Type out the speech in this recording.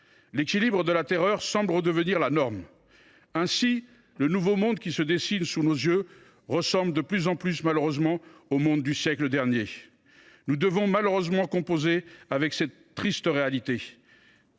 L’équilibre de la terreur semble redevenir la norme. Ainsi, le nouveau monde qui se dessine sous nos yeux ressemble de plus en plus au monde du siècle dernier. Nous devons malheureusement composer avec cette triste réalité.